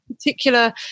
particular